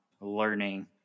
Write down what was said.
learning